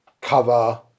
cover